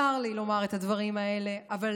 צר לי לומר את הדברים האלה, אבל